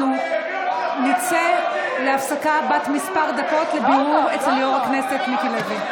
אנחנו נצא להפסקה בת כמה דקות לבירור אצל יו"ר הכנסת מיקי לוי.